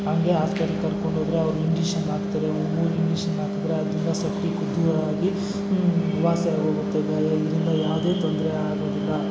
ಹಾಗೆ ಆಸ್ಪೆಟ್ಲಿಗೆ ಕರ್ಕೊಂಡೋದರೆ ಅವರು ಇಂಜೆಕ್ಷನ್ ಹಾಕ್ತಾರೆ ಒಂದು ಮೂರು ಇಂಜೆಕ್ಷನ್ ಹಾಕಿದರೆ ಅದರಿಂದ ಸೆಪ್ಟಿಕ್ ದೂರ ಆಗಿ ವಾಸನೆ ಹೋಗುತ್ತೆ ಅದ ಇದರಿಂದ ಯಾವುದೇ ತೊಂದರೆ ಆಗೋದಿಲ್ಲ